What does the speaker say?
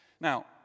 Now